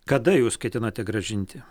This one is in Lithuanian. kada jūs ketinate grąžinti